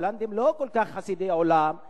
ההולנדים לא כל כך חסידי אומות העולם.